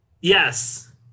Yes